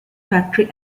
factory